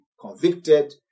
convicted